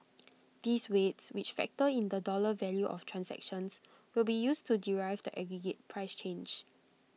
these weights which factor in the dollar value of transactions will be used to derive the aggregate price change